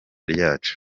ryacu